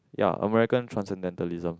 ya American Transcendentalism